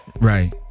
right